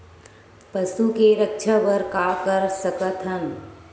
पशु के रक्षा बर का कर सकत हन?